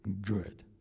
good